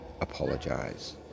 apologize